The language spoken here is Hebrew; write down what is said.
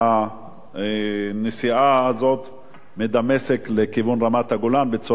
הנסיעה הזאת מדמשק לכיוון רמת-הגולן בצורה בטוחה,